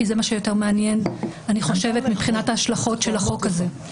כי זה מה שיותר מעניין מבחינת ההשלכות של החוק הזה.